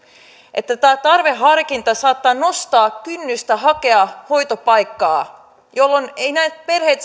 että tämä tarveharkinta saattaa nostaa kynnystä hakea hoitopaikkaa jolloin nämä perheet